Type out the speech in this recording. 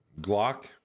Glock